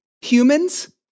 humans